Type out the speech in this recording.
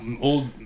old